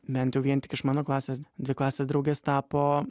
bent jau vien tik iš mano klasės dvi klasės draugės tapo